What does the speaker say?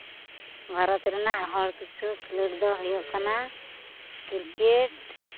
ᱵᱷᱟᱨᱚᱛ ᱨᱮᱱᱟᱜ ᱦᱚᱲ ᱠᱤᱪᱷᱩ ᱠᱷᱮᱞᱳᱰ ᱫᱚ ᱦᱩᱭᱩᱜ ᱠᱟᱱᱟ ᱠᱨᱤᱠᱮᱹᱴ